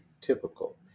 typical